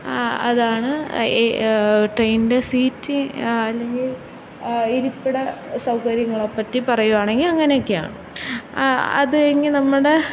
അതാണ് ട്രെയിനിൻ്റെ സീറ്റിംഗ് അല്ലെങ്കില് ഇരിപ്പിട സൗകര്യങ്ങളെ പറ്റി പറയുവാണെങ്കില് അങ്ങനെ ഒക്കെയാണ് അതു കഴിഞ്ഞ് നമ്മുടെ